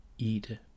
eat